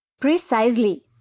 Precisely